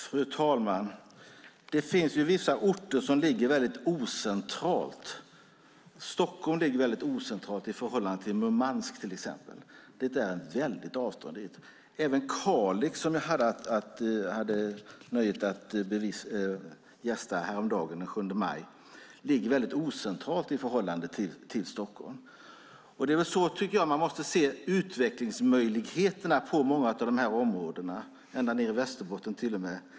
Fru talman! Det finns vissa orter som ligger väldigt ocentralt. Stockholm ligger till exempel väldigt ocentralt i förhållande till Murmansk. Det är ett väldigt avstånd. Och Kalix, som jag hade nöjet att gästa häromdagen, den 7 maj, ligger väldigt ocentralt i förhållande till Stockholm. Det är väl så man måste se på utvecklingsmöjligheterna i många av dessa områden, ända ned i Västerbotten till och med.